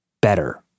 better